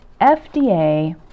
FDA